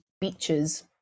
beaches